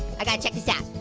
i gotta check this out.